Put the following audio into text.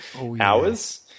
hours